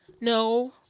No